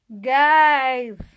guys